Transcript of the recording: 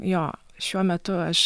jo šiuo metu aš